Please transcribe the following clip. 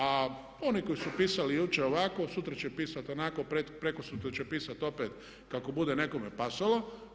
A oni koji su pisali jučer ovako, sutra će pisat onako, prekosutra će pisat opet kako bude nekome pasalo.